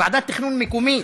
ועדת תכנון מקומית,